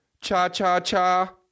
cha-cha-cha